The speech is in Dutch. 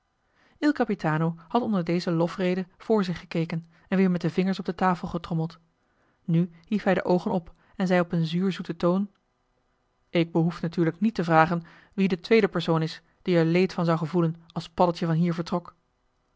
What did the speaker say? il capitano had onder deze lofrede voor zich gekeken en weer met de vingers op de tafel getrommeld nu hief hij de oogen op en zei op een zuurzoeten toon ik behoef natuurlijk niet te vragen wie de tweede persoon is die er leed van zou gevoelen als paddeltje van hier vertrok